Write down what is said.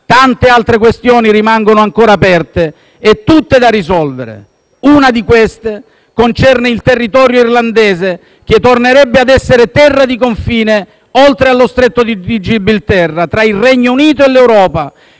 tante altre questioni rimangono ancora aperte e tutte da risolvere. Una di queste concerne il territorio irlandese, che tornerebbe ad essere terra di confine, oltre allo Stretto di Gibilterra, tra il Regno Unito e l'Europa,